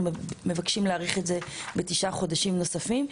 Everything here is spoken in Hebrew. מבקשים להאריך את זה בתשעה חודשים נוספים,